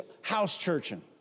house-churching